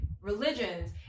religions